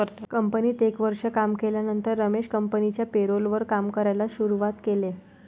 कंपनीत एक वर्ष काम केल्यानंतर रमेश कंपनिच्या पेरोल वर काम करायला शुरुवात केले